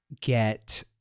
get